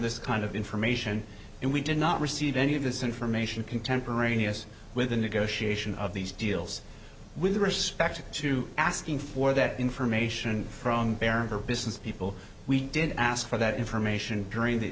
this kind of information and we did not receive any of this information contemporaneous with the negotiation of these deals with respect to asking for that information from baron for business people we did ask for that information durin